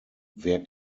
wer